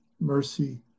mercy